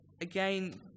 Again